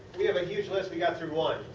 we have a huge list. we got through one.